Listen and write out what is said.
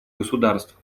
государств